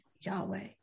Yahweh